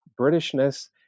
Britishness